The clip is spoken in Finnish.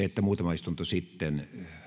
että lähetekeskustelussa muutama istunto sitten